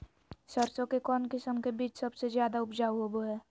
सरसों के कौन किस्म के बीच सबसे ज्यादा उपजाऊ होबो हय?